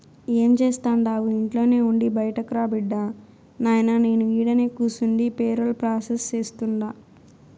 ఏం జేస్తండావు ఇంట్లోనే ఉండి బైటకురా బిడ్డా, నాయినా నేను ఈడనే కూసుండి పేరోల్ ప్రాసెస్ సేస్తుండా